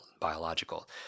biological